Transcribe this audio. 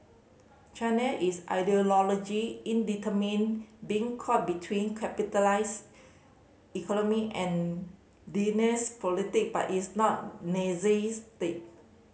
China is ideology in determine being caught between capitalist economy and Leninist politic but it's not Nazi state